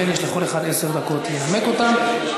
לכן יש לכל אחד עשר דקות לנמק אותן.